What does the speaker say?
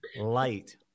light